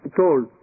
told